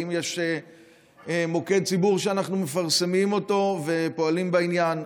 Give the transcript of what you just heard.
האם יש מוקד ציבור שאנחנו מפרסמים אותו ופועלים בעניין?